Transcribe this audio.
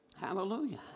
Hallelujah